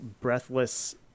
breathless